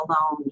alone